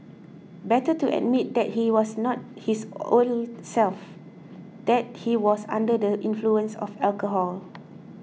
better to admit that he was not his old self that he was under the influence of alcohol